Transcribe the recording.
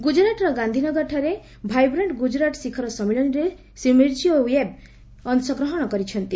ଗୁଳୁରାଟର ଗାନ୍ଧୀନଗରଠାରେ ଭାଇବ୍ରାଣ୍ଟ ଗୁଜୁରାଟ ଶିଖର ସମ୍ମିଳନୀରେ ଶ୍ରୀ ମିର୍ଜିଓ ୟେବ୍ ଅଂଶଗ୍ହଣ କରିଛନ୍ତି